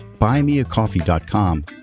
buymeacoffee.com